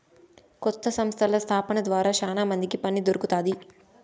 కొత్త సంస్థల స్థాపన ద్వారా శ్యానా మందికి పని దొరుకుతాది